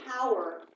power